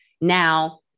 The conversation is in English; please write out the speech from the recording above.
Now